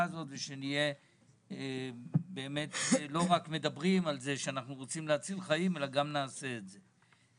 הזאת ושלא רק נדבר על זה שאנחנו רוצים להציל חיים אלא גם נעשה את זה.